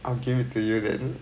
I'll give it to you then